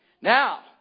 Now